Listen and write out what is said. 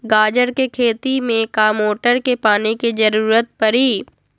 गाजर के खेती में का मोटर के पानी के ज़रूरत परी?